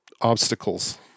obstacles